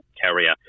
carrier